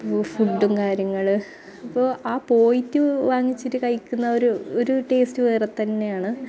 ഫുഡും കാര്യങ്ങൾ അപ്പോൾ ആ പോയിട്ട് വാങ്ങിച്ചിട്ട് കഴിക്കുന്ന ഒരു ഒരു ടേസ്റ്റ് വേറെ തന്നെയാണ്